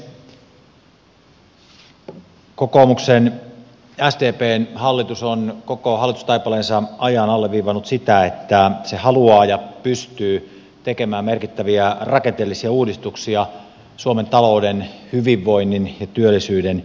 kokoomuksen ja sdpn hallitus on koko hallitustaipaleensa ajan alleviivannut sitä että se haluaa tehdä ja pystyy tekemään merkittäviä rakenteellisia uudistuksia suomen talouden hyvinvoinnin ja työllisyyden edistämiseksi